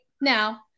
Now